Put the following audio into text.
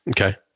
Okay